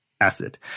acid